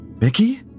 Mickey